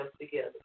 together